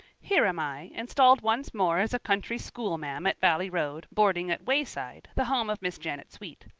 here am i, installed once more as a country schoolma'am at valley road, boarding at wayside, the home of miss janet sweet.